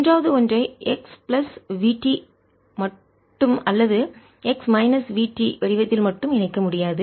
மூன்றாவது ஒன்றை x plus vt மட்டும் அல்லது x மைனஸ் vt வடிவத்தில் மட்டும் இணைக்க முடியாது